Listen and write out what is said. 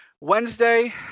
Wednesday